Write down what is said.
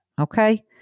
Okay